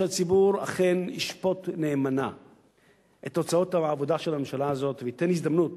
שהציבור אכן ישפוט נאמנה את תוצאות העבודה של הממשלה הזאת וייתן הזדמנות